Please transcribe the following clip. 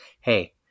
hey